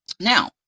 Now